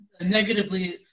negatively